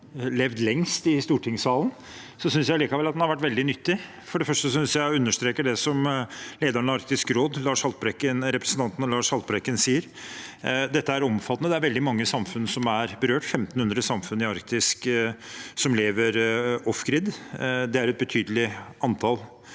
levd lengst i stortingssalen, synes jeg allikevel at den har vært veldig nyttig. For det første understreker jeg det som lederen av Arktisk råd, representanten Lars Haltbrekken, sier: Dette er omfattende. Det er veldig mange samfunn som er berørt, 1 500 samfunn i Arktis som lever «off-grid». Det er et betydelig antall